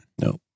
No